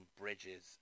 bridges